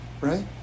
right